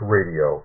Radio